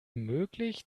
möglich